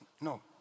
No